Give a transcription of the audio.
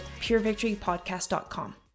purevictorypodcast.com